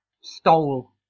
stole